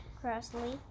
crossly